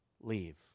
leave